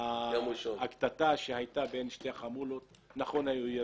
בקטטה שהייתה בין שתי חמולות היה ירי.